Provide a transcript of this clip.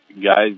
guys